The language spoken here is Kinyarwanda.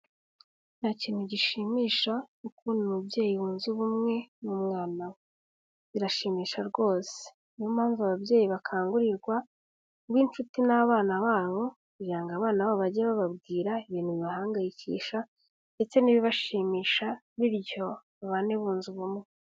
Nta kintu gishimisha nko kubona umubyeyi wunze ubumwe n'umwana we. Birashimisha rwose. Ni yo mpamvu ababyeyi bakangurirwa kuba inshuti n'abana babo, kugiraga abana babo bajye bababwira ibintu bibahangayikisha ndetse n'ibibashimisha bityo babane bunze ubumwe.